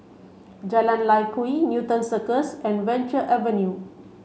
Jalan Lye Kwee Newton Cirus and Venture Avenue